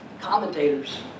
commentators